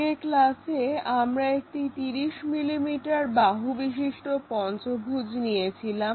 আগের ক্লাসে আমরা একটি 30 mm বাহু বিশিষ্ট পঞ্চভুজ নিয়েছিলাম